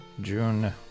June